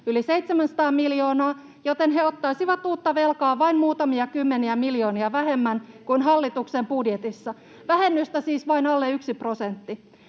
yli 700 miljoonaa, joten he ottaisivat uutta velkaa vain muutamia kymmeniä miljoonia vähemmän kuin hallituksen budjetissa. Vähennystä siis vain alle 1 prosentti.